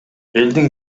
элдин